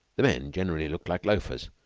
the men generally looked like loafers,